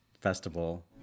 festival